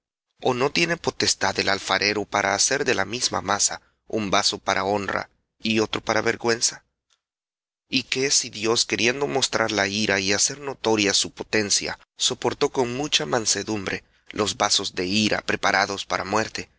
o no tiene potestad el alfarero para hacer de la misma masa un vaso para honra y otro para vergüenza y qué si dios queriendo mostrar la ira y hacer notoria su potencia soportó con mucha mansedumbre los vasos de ira preparados para muerte